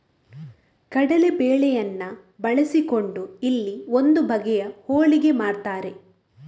ಕಡಲೇ ಬೇಳೆಯನ್ನ ಬಳಸಿಕೊಂಡು ಇಲ್ಲಿ ಒಂದು ಬಗೆಯ ಹೋಳಿಗೆ ಮಾಡ್ತಾರೆ